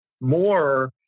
more